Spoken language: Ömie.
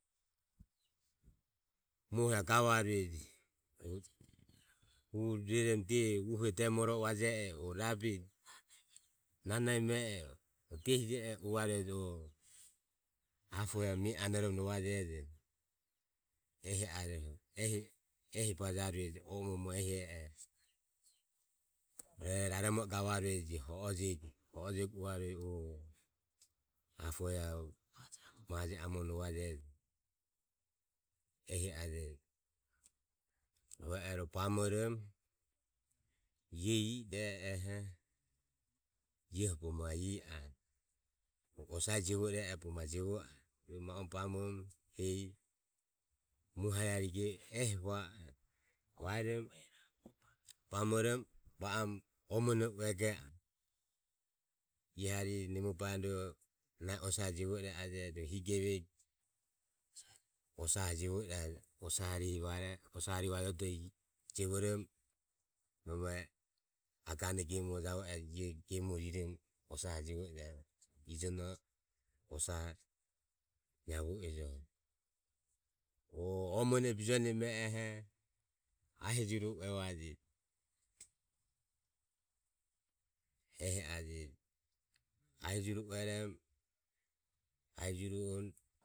Muoho iae avarueje huhu rueromo uhe demoro o je e o rabe, naneme e o diehi je oho uvarue o apo iae mie anoromo rovajejo ehi arueje ehi bajarueje hu ehi e e oho. Rueroho raromo i gavarueje rovego uvarueje apo iae maje amoromo rovajejo ehi ajeji. Rove oho ro bamoromo ie i i e e oho ieho bogo ma i anue. Osae jevo i e e oho bogo ma jevo anue. ma u emu bamoromo hehi mue harihe harihe ehi va anue. Vaeromo bamoromo va oromo o muene e ue ge anue ie harihe nemo baeromo ro nahi osae jevo i e ajejo ro hi genejo. osaho jevo i e ose harihe vajodoho jevoromo nome agene gemoho jauvue ero rueroho ieoho gemore iromo osa harihe ijono osa hariho jevo ejo o o mmueno e bijonime oho ahie jure ue vajeji ehi a jeji ahie jure ueromo